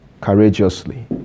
courageously